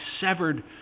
severed